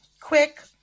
quick